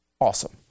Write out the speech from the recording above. Awesome